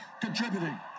contributing